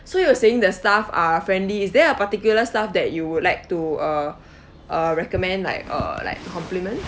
so you were saying the staff are friendly is there a particular staff that you would like to uh uh recommend like uh like compliment